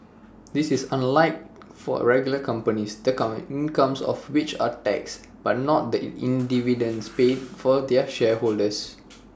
this is unlike for regular companies the come incomes of which are taxed but not the dividends paid for their shareholders